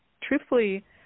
truthfully